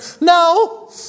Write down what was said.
No